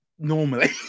Normally